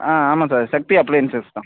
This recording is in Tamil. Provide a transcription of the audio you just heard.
ஆ ஆமாம் சார் சக்தி அப்லையன்சஸ் தான்